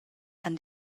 han